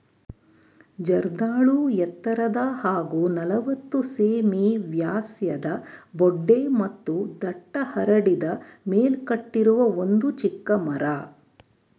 ಜರ್ದಾಳು ಎತ್ತರದ ಹಾಗೂ ನಲವತ್ತು ಸೆ.ಮೀ ವ್ಯಾಸದ ಬೊಡ್ಡೆ ಮತ್ತು ದಟ್ಟ ಹರಡಿದ ಮೇಲ್ಕಟ್ಟಿರುವ ಒಂದು ಚಿಕ್ಕ ಮರ